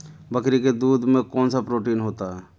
बकरी के दूध में कौनसा प्रोटीन होता है?